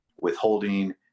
withholding